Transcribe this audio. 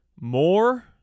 more